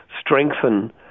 strengthen